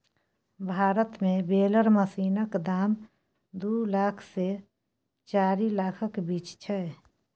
भारत मे बेलर मशीनक दाम दु लाख सँ चारि लाखक बीच छै